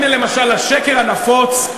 הנה למשל השקר הנפוץ,